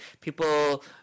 people